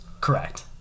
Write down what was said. Correct